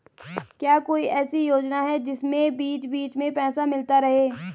क्या कोई ऐसी योजना है जिसमें बीच बीच में पैसा मिलता रहे?